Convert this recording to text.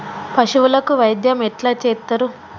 పశువులకు వైద్యం ఎట్లా చేత్తరు?